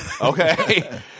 okay